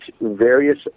various